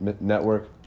network